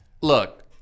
look